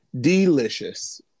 Delicious